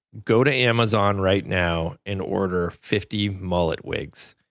go to amazon right now and order fifty mullet wigs.